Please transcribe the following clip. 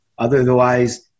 Otherwise